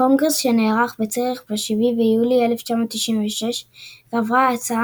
בקונגרס שנערך בציריך ב-7 ביולי 1996 גברה ההצעה